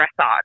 dressage